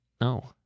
No